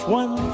one